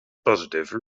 positive